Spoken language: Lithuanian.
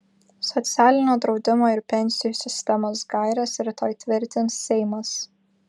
socialinio draudimo ir pensijų sistemos gaires rytoj tvirtins seimas